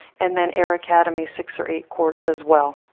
and then air academy six or eight courts as well.